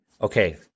Okay